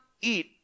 eat